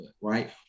right